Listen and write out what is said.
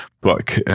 book